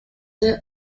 the